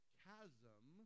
chasm